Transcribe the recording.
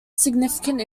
significant